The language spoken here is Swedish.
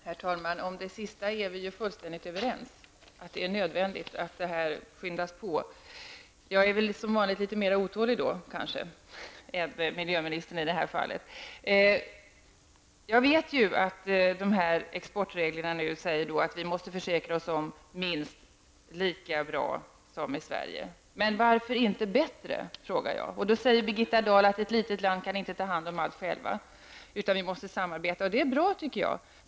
Herr talman! Vi är fullständigt överens om det sista som miljöministern sade, nämligen att det är nödvändigt att detta skyndas på. Men jag är väl kanske som vanligt litet mer otålig än miljöministern. Jag vet att exportreglerna säger att vi måste försäkra oss om att omhändertagandet av avfallet kommer att bli minst lika bra som det skulle ha varit i Sverige. Jag frågar då: Varför inte kräva ett bättre omhändertagande? Birgitta Dahl säger då att vi i ett litet land inte kan ta hand om allt själva utan att vi måste samarbeta. Det är bra.